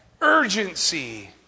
urgency